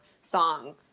song